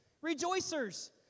rejoicers